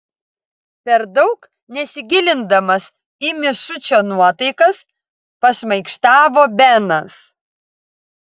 per daug nesigilindamas į mišučio nuotaikas pašmaikštavo benas